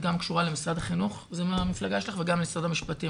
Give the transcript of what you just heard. את גם קשורה למשרד החינוך וגם למשרד המשפטים.